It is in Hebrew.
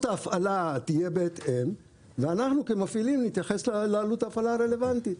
ההפעלה תהיה בהתאם ואנחנו כמפעילים נתייחס לעלות ההפעלה הרלוונטית,